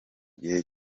gihe